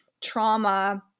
trauma